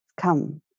come